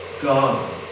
God